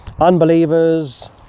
unbelievers